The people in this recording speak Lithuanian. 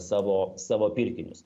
savo savo pirkinius